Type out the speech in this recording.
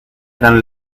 eran